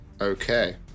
Okay